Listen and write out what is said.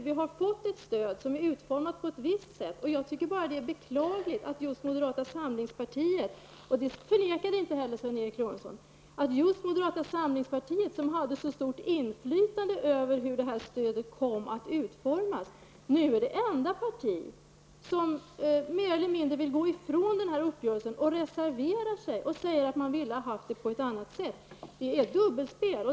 Vi har fått ett stöd som är utformat på ett visst sätt. Jag tycker bara att det är beklagligt att just moderata samlingspartiet -- och det förnekade inte heller Sven Eric Lorentzon -- som hade så stort inflytande över hur det här stödet kom att utformas nu är det enda parti som mer eller mindre vill gå ifrån uppgörelsen. Moderaterna reserverar sig nu och säger att de velat ha en annan utformning. Det är ett dubbelspel.